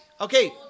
Okay